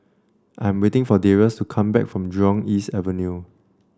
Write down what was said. I'm waiting for Darius to come back from Jurong East Avenue